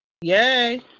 Yay